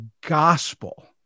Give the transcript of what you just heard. gospel